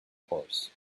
horse